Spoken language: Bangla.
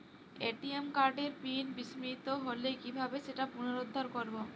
এ.টি.এম কার্ডের পিন বিস্মৃত হলে কীভাবে সেটা পুনরূদ্ধার করব?